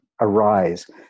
arise